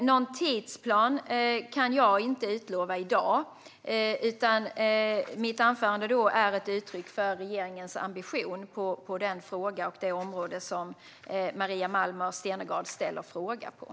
Någon tidsplan kan jag inte utlova i dag, utan mitt anförande är ett uttryck för regeringens ambition på det område som Maria Malmer Stenergard ställer frågan om.